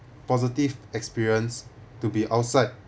positive experience to be outside